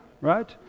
right